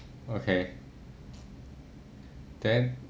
okay then